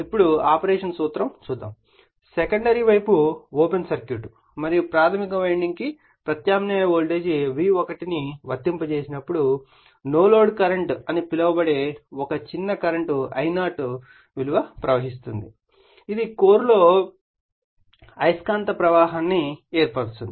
ఇప్పుడు ఆపరేషన్ సూత్రం చూద్దాము సెకండరీ వైపు ఓపెన్ సర్క్యూట్ మరియు ప్రాధమిక వైండింగ్కు ప్రత్యామ్నాయ వోల్టేజ్ V1 వర్తింపజేసినప్పుడు నో లోడ్ కరెంట్ అని పిలువబడే ఒక చిన్న కరెంట్ I0 ప్రవహిస్తుంది ఇది కోర్లో అయస్కాంత ప్రవాహాన్ని ఏర్పరుస్తుంది